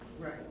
right